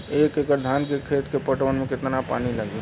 एक एकड़ धान के खेत के पटवन मे कितना पानी लागि?